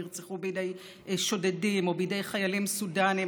נרצחו בידי שודדים או בידי חיילים סודאנים,